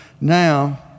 Now